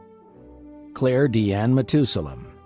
claire deanne metusalem,